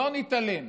לא נתעלם.